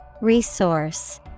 Resource